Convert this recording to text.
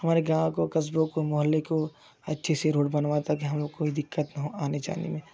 हमारे गाँव को कस्बों को मोहल्लों को अच्छी सी रोड बनवा दे ताकि हमको कोई दिक्कत ना आने चाहिए